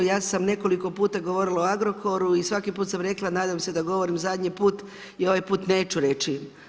Ja sam nekoliko puta govorila o Agrokoru i svaki put sam rekla nadam se da govorim zadnji put i ovaj put neću reći.